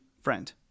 friend